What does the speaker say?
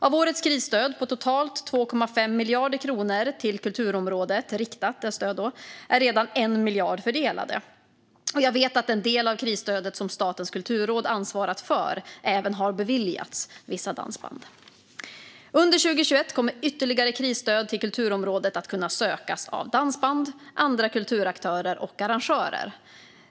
Av årets riktade krisstöd på totalt 2,5 miljarder kronor till kulturområdet är redan 1 miljard fördelad. Jag vet att den del av krisstödet som Statens kulturråd ansvarat för även har beviljats vissa dansband. Under 2021 kommer ytterligare krisstöd till kulturområdet att kunna sökas av dansband, andra kulturaktörer och arrangörer.